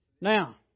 Now